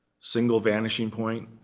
single vanishing point.